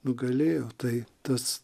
nugalėjo tai tas